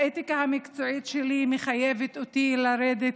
האתיקה המקצועית שלי מחייבת אותי לרדת